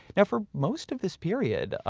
now, for most of this period,